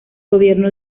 gobierno